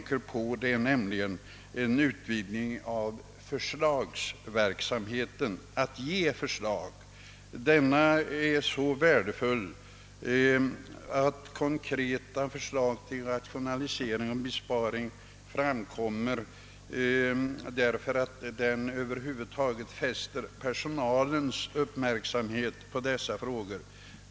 För att klara detta behövs en utvidgning av försöksverksamheten, d. v. s. den verksamhet som består i att inkomma med förslag. Konkreta förslag till rationalisering och besparing är värdefulla, då de fäster personalens uppmärksamhet på dessa frågor.